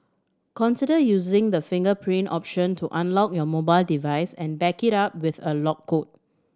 consider using the fingerprint option to unlock your mobile device and back it up with a lock code